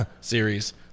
series